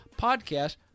podcast